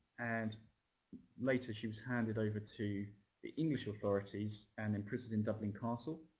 and later, she was handed over to the english authorities and imprisoned in dublin castle.